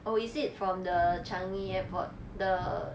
oh is it from the changi airport 的